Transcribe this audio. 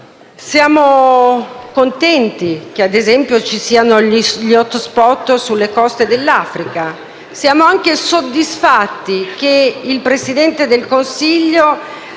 Siamo contenti che, ad esempio, ci siano gli *hot spot* sulle coste dell'Africa. Siamo anche soddisfatti che il Presidente del Consiglio